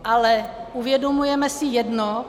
Ale uvědomujeme si jedno?